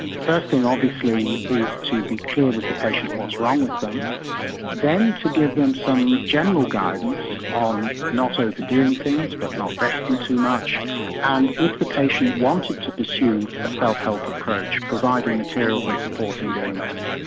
the first thing, obviously, is to be clear with the patient what's wrong with them then to give them some general guidance on not sort of overdoing things but not resting too much and if the patient wanted to assume a self-help approach, providing materials and support in doing that.